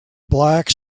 black